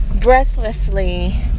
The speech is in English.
breathlessly